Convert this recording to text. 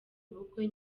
ubukwe